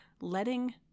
Letting